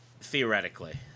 Theoretically